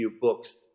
books